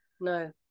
no